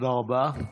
תודה רבה.